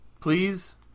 Please